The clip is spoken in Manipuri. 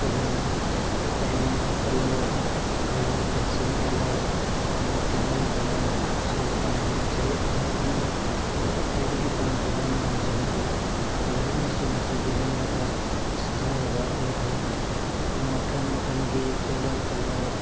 ꯀꯣꯂꯣꯝ ꯄꯦꯟ ꯀꯂꯔ ꯑꯗꯒꯤ ꯄꯦꯟꯁꯤꯜ ꯀꯂꯔ ꯑꯗꯨꯒ ꯀꯦꯟꯗꯜ ꯀꯂꯔ ꯁꯤꯁꯨ ꯄꯥꯝꯖꯩ ꯑꯗꯨꯒ ꯑꯩꯅ ꯍꯦꯟꯅ ꯈ꯭ꯋꯥꯏꯗꯒꯤ ꯄꯥꯝꯖꯕ ꯅꯨꯡꯉꯥꯏꯖꯕꯗꯤ ꯀꯂꯔ ꯃꯆꯨ ꯃꯆꯨꯒꯤ ꯂꯩꯔꯒ ꯁꯤꯖꯤꯟꯅꯕ ꯑꯃꯗꯤ ꯃꯈꯜ ꯃꯈꯜꯒꯤ ꯀꯦꯟꯗꯜ ꯀꯂꯔ